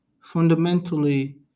fundamentally